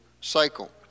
cycle